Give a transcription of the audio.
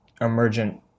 emergent